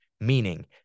Meaning